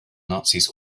nazis